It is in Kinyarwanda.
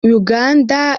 uganda